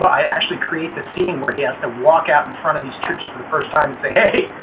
i actually create the scene where he has to walk out in front of these troops for the first time and say, hey,